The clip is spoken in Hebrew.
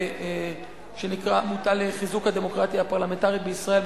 שנקרא "עמותה לחיזוק הדמוקרטיה הפרלמנטרית בישראל",